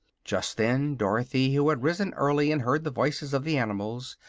just then dorothy, who had risen early and heard the voices of the animals,